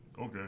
Okay